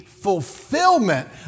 fulfillment